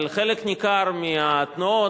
אבל חלק ניכר מהתנועות,